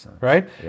right